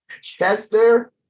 Chester